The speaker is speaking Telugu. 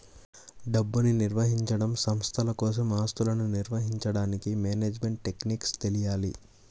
డబ్బుని నిర్వహించడం, సంస్థల కోసం ఆస్తులను నిర్వహించడానికి మేనేజ్మెంట్ టెక్నిక్స్ తెలియాలి